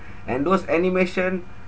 and those animation